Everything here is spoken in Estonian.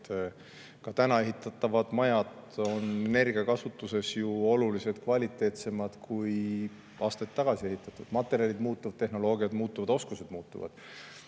Ka täna ehitatavad majad on energiakasutuse poolest ju oluliselt kvaliteetsemad, kui aastaid tagasi ehitatud. Materjalid muutuvad, tehnoloogiad muutuvad, oskused muutuvad.